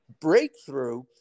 breakthrough